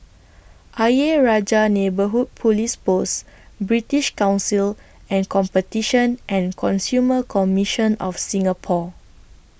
Ayer Rajah Neighbourhood Police Post British Council and Competition and Consumer Commission of Singapore